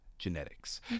Genetics